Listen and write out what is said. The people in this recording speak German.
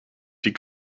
die